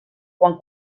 quan